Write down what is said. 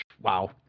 Wow